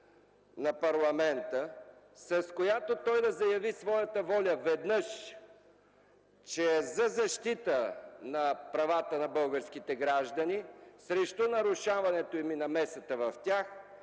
на парламента, с която той да заяви своята воля, веднъж, че е за защита на правата на българските граждани срещу нарушаването им и намесата в тях,